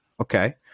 Okay